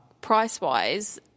price-wise